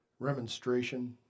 remonstration